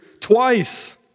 twice